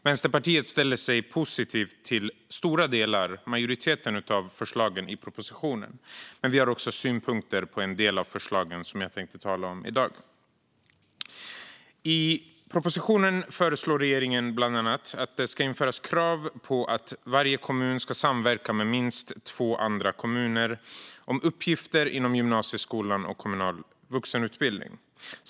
Vänsterpartiet ställer sig positivt till majoriteten av förslagen i propositionen. Men vi har också synpunkter på en del av förslagen, som jag tänkte tala om i dag. I propositionen föreslår regeringen bland annat att det ska införas krav på att varje kommun ska samverka med minst två andra kommuner om uppgifter inom gymnasieskolan och kommunal vuxenutbildning.